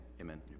amen